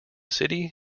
city